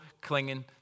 clinging